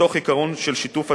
ומתוך עיקרון של שיתוף הציבור,